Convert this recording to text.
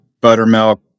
buttermilk